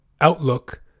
outlook